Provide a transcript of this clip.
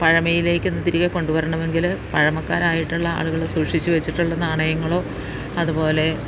പഴമയിലേക്ക് ഇന്ന് തിരികെ കൊണ്ട് വരണമെങ്കിൽ പഴമക്കാരായിട്ടുള്ള ആളുകൾ സൂക്ഷിച്ച് വെച്ചിട്ടുള്ള നാണയങ്ങളോ അതുപോലെ